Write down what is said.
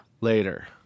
Later